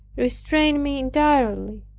restrained me entirely.